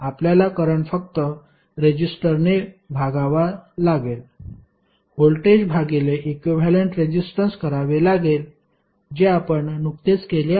आपल्याला करंट फक्त रेजिस्टरने भागावा लागेल व्होल्टेज भागिले इक्विव्हॅलेंट रेजिस्टन्स करावे लागेल जे आपण नुकतेच केले आहे